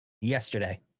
yesterday